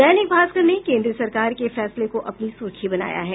दैनिक भास्कर ने केन्द्र सरकार के फैसले को अपनी सुर्खी बनाया है